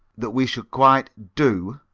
that we should quite do?